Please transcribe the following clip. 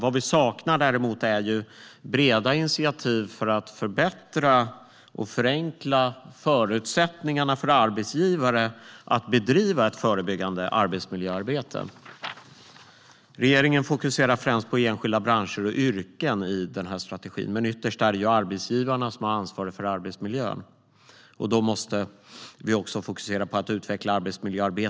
Vad vi däremot saknar är breda initiativ för att förbättra och förenkla förutsättningarna för arbetsgivare att bedriva ett förebyggande arbetsmiljöarbete. Regeringen fokuserar främst på enskilda branscher och yrken i strategin. Men ytterst är det arbetsgivarna som har ansvaret för arbetsmiljön. Då måste vi också fokusera på att utveckla arbetsmiljöarbetet.